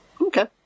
Okay